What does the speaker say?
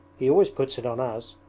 he always puts it on us